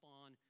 on